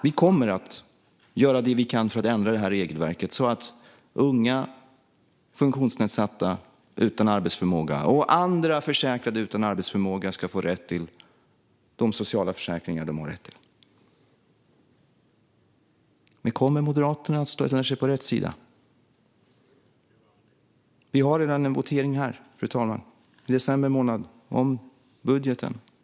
Vi kommer att göra det vi kan för att ändra det här regelverket så att unga funktionsnedsatta utan arbetsförmåga och andra försäkrade utan arbetsförmåga ska få tillgång till de sociala försäkringar de har rätt till. Kommer Moderaterna här att ställa sig på rätt sida? Vi har en votering i december månad om budgeten.